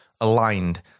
aligned